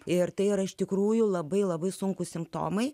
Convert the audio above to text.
ir tai yra iš tikrųjų labai labai sunkūs simptomai